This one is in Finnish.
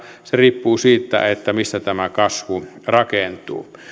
se riippuu siitä mistä tämä kasvu rakentuu